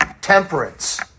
Temperance